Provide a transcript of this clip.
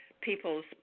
people's